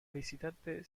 visitante